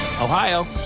Ohio